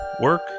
work